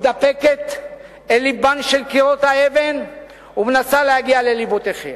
מתדפקת על קירות האבן ומנסה להגיע ללבותיכם.